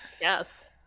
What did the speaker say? yes